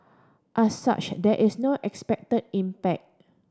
as such there is no expected impact